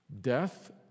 death